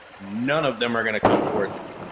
none of them are going to come towards me.